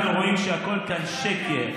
אנחנו רואים שהכול כאן שקר,